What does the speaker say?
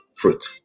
fruit